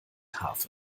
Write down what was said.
harfe